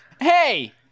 Hey